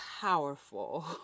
powerful